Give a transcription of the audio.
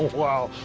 wow.